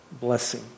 blessing